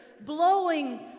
blowing